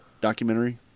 documentary